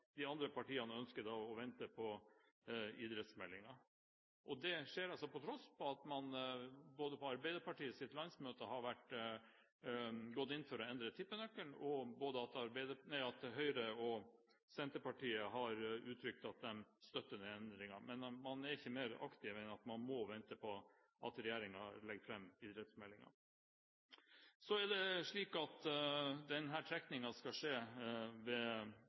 de andre partiene ønsker å vente på idrettsmeldingen. Dette skjer til tross for at man på Arbeiderpartiets landsmøte har gått inn for å endre tippenøkkelen, og til tross for at både Høyre og Senterpartiet har uttrykt at de støtter den endringen. Men man er ikke mer aktiv enn at man må vente på at regjeringen legger fram idrettsmeldingen. Denne trekningen skal skje gjennom Norsk Tipping. Det vi hadde sett for oss, var at